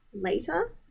later